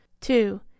two